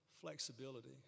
Flexibility